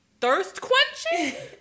thirst-quenching